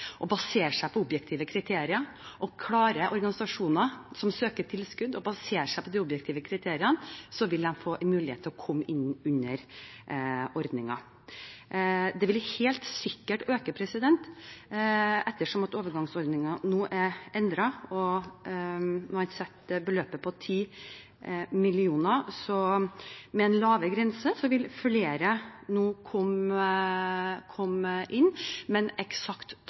og basere seg på objektive kriterier. Klarer organisasjoner som søker tilskudd, å basere seg på de objektive kriteriene, vil de få en mulighet til å komme inn under ordningen. Det vil helt sikkert øke ettersom overgangsordningen nå er endret, og man setter beløpet til 10 mill. kr. Med en lavere grense vil flere komme inn, men når det gjelder eksakt